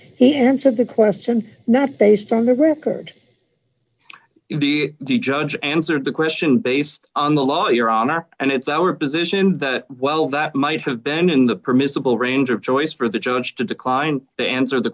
he answered the question not based on the record the the judge answered the question based on the law your honor and it's our position that while that might have been in the permissible range of choice for the judge to decline to answer the